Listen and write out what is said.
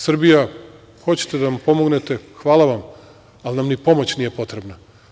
Srbija, hoćete da nam pomognete - hvala vam, ali nam ni pomoć nije potrebna.